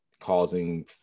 causing